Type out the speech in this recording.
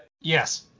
Yes